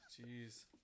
Jeez